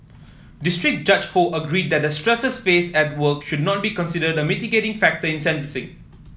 district Judge Ho agreed that the stresses faced at work should not be considered mitigating factor in sentencing